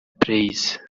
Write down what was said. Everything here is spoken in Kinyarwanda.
praise